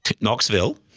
Knoxville